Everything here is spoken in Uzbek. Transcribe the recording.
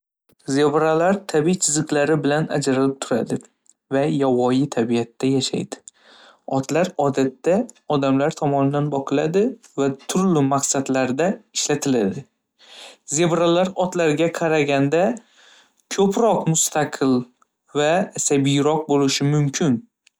Zebralar tabiiy chiziqlari bilan ajralib turadi va yovvoyi tabiatda yashaydi. Otlar odatda odamlar tomonidan boqiladi va turli maqsadlarda ishlatiladi. Zebralar otlarga qaraganda ko'proq mustaqil va asabiyroq bo'lishi mumkin.